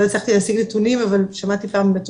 לא הצלחתי להשיג נתונים, אבל צריך גם לתת